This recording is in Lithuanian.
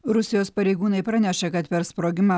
rusijos pareigūnai pranešė kad per sprogimą